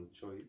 choice